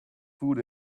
food